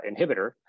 inhibitor